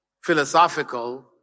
philosophical